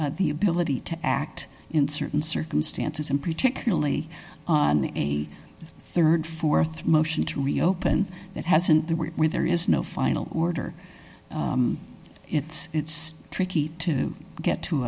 us the ability to act in certain circumstances and particularly on a rd th motion to reopen that hasn't there were where there is no final order it's it's tricky to get to